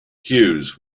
hughes